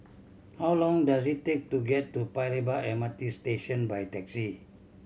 how long does it take to get to Paya Lebar M R T Station by taxi